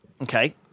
Okay